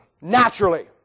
Naturally